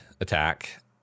attack